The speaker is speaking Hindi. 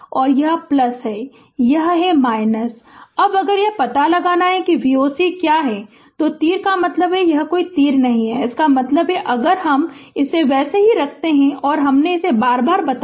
और यह है यह है अब अगर यह पता लगाना है कि V o c क्या है तो तीर का मतलब है और यह कोई तीर नहीं है इसका मतलब है कि अगर हम इसे वैसे ही रखते है और हमने बार बार बताया